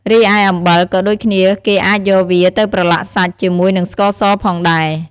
រីឯអំបិលក៏ដូចគ្នាគេអាចយកវាទៅប្រឡាក់សាច់ជាមួយនិងស្ករសផងដែរ។